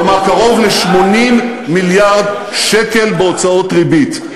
כלומר קרוב ל-80 מיליארד שקל בהוצאות ריבית.